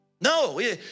No